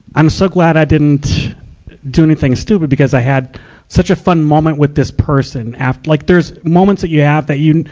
i'm so glad i didn't do anything stupid because i had such a fun moment with this person aft, like there's moments that you have that you,